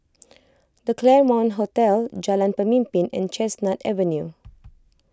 the Claremont Hotel Jalan Pemimpin and Chestnut Avenue